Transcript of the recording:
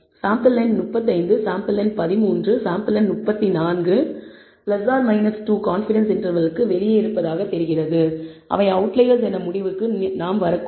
sample எண் 35 sample எண் 13 sample எண் 34 or 2 கான்ஃபிடன்ஸ் இன்டர்வெல்லுக்கு வெளியே இருப்பதாகத் தெரிகிறது அவை அவுட்லயர்ஸ் என நீங்கள் முடிவுக்கு வரக்கூடும்